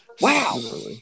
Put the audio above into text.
Wow